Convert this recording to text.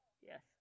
Yes